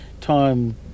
time